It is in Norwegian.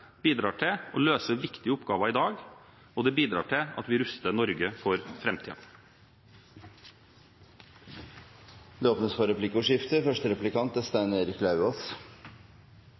budsjettet bidrar til å løse viktige oppgaver i dag, og det bidrar til at vi ruster Norge for framtiden. Det blir replikkordskifte.